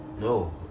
No